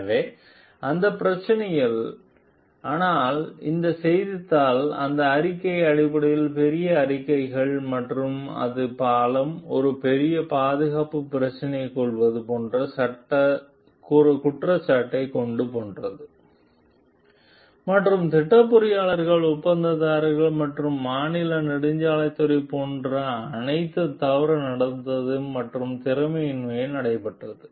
எனவே அந்த பிரச்சினைகள் ஆனால் இந்த செய்தித்தாள் அந்த அறிக்கை அடிப்படையில் பெரிய அறிக்கைகள் மற்றும் அது பாலம் ஒரு பெரிய பாதுகாப்பு பிரச்சினை செய்துள்ளது போன்ற குற்றச்சாட்டை கொண்டு போன்ற மற்றும் திட்ட பொறியாளர்கள் ஒப்பந்ததாரர்கள் மற்றும் மாநில நெடுஞ்சாலை துறை போன்ற அனைத்து தவறான நடத்தை மற்றும் திறமையின்மை நடைபெற்றது